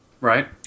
Right